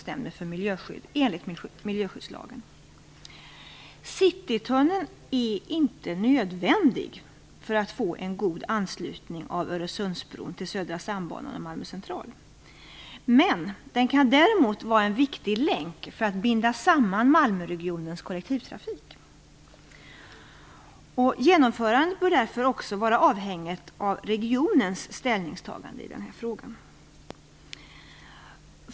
Citytunneln är inte nödvändig för att få en god anslutning av Öresundsbron till Södra stambanan och Malmö central. Den kan däremot vara en viktig länk för att binda samman Malmöregionens kollektivtrafik. Genomförandet bör därför också vara avhängigt regionens ställningstagande i frågan.